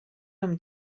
amb